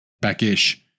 back-ish